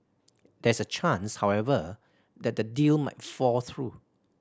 there is a chance however that the deal might fall through